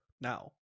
now